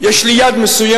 יש לי יד מסוימת